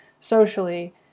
socially